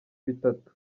bitatu